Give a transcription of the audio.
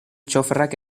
txoferrak